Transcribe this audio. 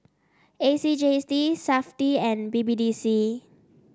A C J C Safti and B B D C